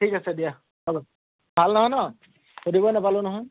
ঠিক আছে দিয়া হ'ব ভাল নহয় ন সুধিবই নাপালোঁ নহয়